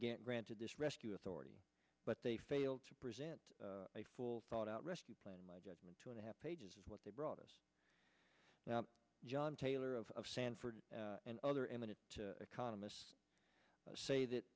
get granted this rescue authority but they failed to present a full thought out rescue plan in my judgment two and a half pages is what they brought us now john taylor of sanford and other eminent economists say that